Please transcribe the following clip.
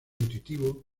intuitivo